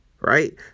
right